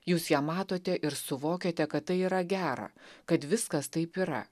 jūs ją matote ir suvokiate kad tai yra gera kad viskas taip yra